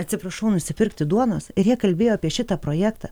atsiprašau nusipirkti duonos ir jie kalbėjo apie šitą projektą